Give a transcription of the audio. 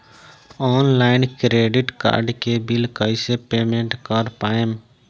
Online credit card के bill कइसे payment कर पाएम?